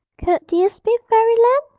could this be fairyland,